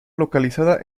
localizada